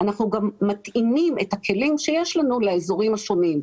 אנחנו גם מתאימים את הכלים שיש לנו לאזורים השונים,